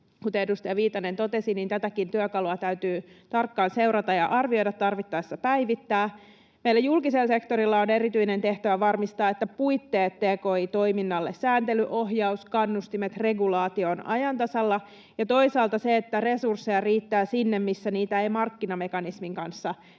Kuten edustaja Viitanen totesi, tätäkin työkalua täytyy tarkkaan seurata ja arvioida, tarvittaessa päivittää. Meillä julkisella sektorilla on erityinen tehtävä varmistaa, että puitteet tki-toiminnalle — sääntely, ohjaus, kannustimet, regulaatio — ovat ajan tasalla, ja toisaalta, että resursseja riittää sinne, minne niitä ei markkinamekanismin kanssa